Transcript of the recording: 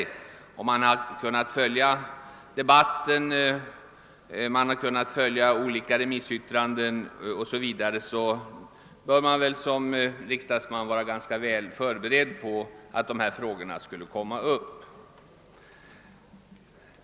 Som riksdagsledamöter har vi kunnat följa debatten och ta del av remissyttranden 0.s. v., och vi borde därför ha varit ganska väl förberedda på att de här frågorna skulle komma upp.